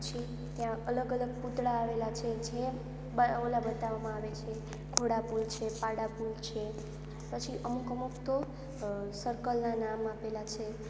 ત્યાં અલગ અલગ પૂતળાંં આવેલાં છે જે બ ઓલા બતાવામાં આવે છે ઘોડાપૂલ છે પાડાપૂલ છે પછી અમુક અમુક તો સર્કલના નામ આપેલાં છે